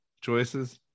choices